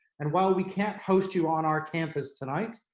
and while we can't host you on our campus tonight,